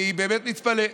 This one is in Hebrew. אני באמת מתפלא.